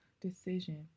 decision